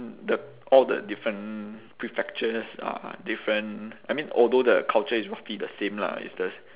the all the different prefectures are different I mean although the culture is roughly the same lah it's the